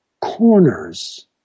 corners